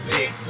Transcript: Big